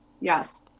Yes